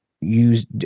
Use